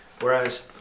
Whereas